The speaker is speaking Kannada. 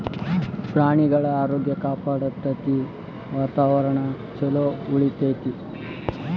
ಪ್ರಾಣಿಗಳ ಆರೋಗ್ಯ ಕಾಪಾಡತತಿ, ವಾತಾವರಣಾ ಚುಲೊ ಉಳಿತೆತಿ